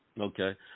Okay